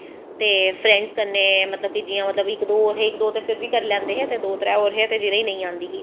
ते फ्रैंडस कन्नैं जियां कि मतलव जियां मतलव इक दो होर हे फिर बी करा लैंदे हे ते दो त्रै होर गे जिनें गी नेंई आंदी ही